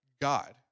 God